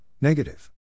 negative